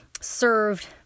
served